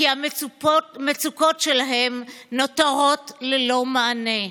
כי המצוקות שלהם נותרות ללא מענה,